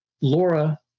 Laura